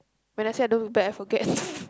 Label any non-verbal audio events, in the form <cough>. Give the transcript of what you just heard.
when I say I don't look back I forget <laughs>